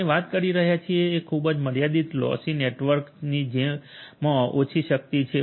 આપણે વાત કરી રહ્યા છીએ એક ખૂબ જ મર્યાદિત લોસી નેટવર્ક ની જેમાં ઓછી શક્તિ છે